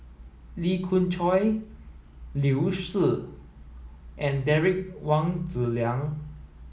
Lee Khoon Choy Liu Si and Derek Wong Zi Liang